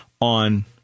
on